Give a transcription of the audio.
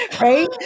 Right